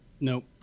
Nope